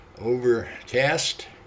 overcast